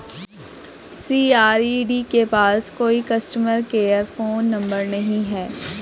CRED के पास कोई कस्टमर केयर फोन नंबर नहीं है